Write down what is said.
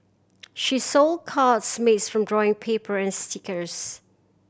she sold cards made from drawing paper and stickers